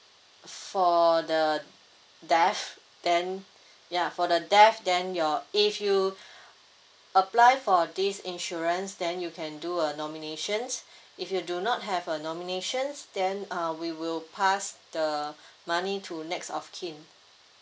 for the death then ya for the death then your if you apply for this insurance then you can do a nomination if you do not have a nomination then uh we will pass the money to next of kin